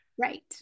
Right